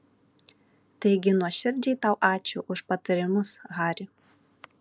taigi nuoširdžiai tau ačiū už patarimus hari